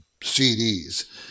CDs